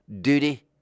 Duty